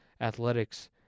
athletics